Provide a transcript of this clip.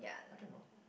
I don't know